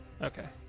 Okay